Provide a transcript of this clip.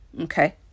okay